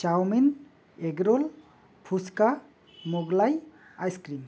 chowmein egg roll phuchka Mughlai ice cream